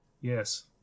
Yes